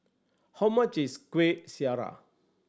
how much is Kuih Syara